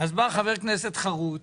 בא חבר כנסת חרוץ,